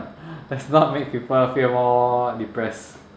let's not make people feel more depressed